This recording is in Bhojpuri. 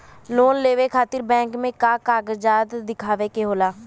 लोन लेवे खातिर बैंक मे का कागजात दिखावे के होला?